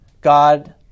God